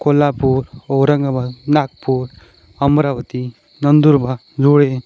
Kolhapur Aurangabad Nagpur Amravati Nandurbar Dhule